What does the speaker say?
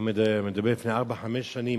אני מדבר על לפני ארבע-חמש שנים,